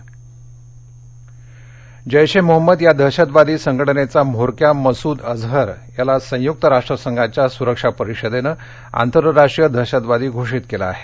मसुद अझहर जैश ए मोहम्मद या दहशतवादी संघटनेचा म्होरक्या मसूद अजहर याला संयुक्त राष्ट्रसंघाच्या सुरक्षा परिषदेनं आंतरराष्ट्रीय दहशतवादी घोषित केलं आहे